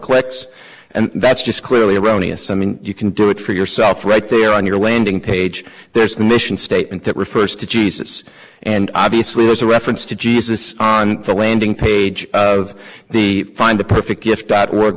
clicks and that's just clearly erroneous i mean you can do it for yourself right there on your landing page there's a mission statement that refers to jesus and obviously there's a reference to jesus on the landing page of the find the perfect gift at wor